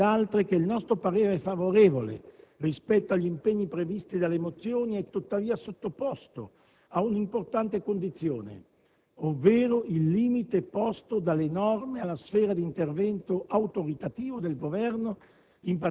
Franco - che il nostro parere favorevole rispetto agli impegni previsti dalle mozioni è tuttavia sottoposto a un'importante condizione, ovvero il limite posto dalle norme alla sfera di intervento autoritativo del Governo,